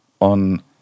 on